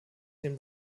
den